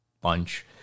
bunch